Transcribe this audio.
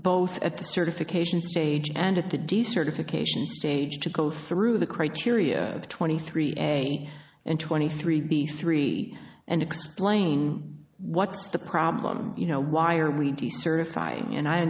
both at the certification stage and at the decertification stage to go through the criteria twenty three a and twenty three b three and explain what's the problem you know why are we decertify and i